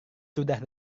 sudah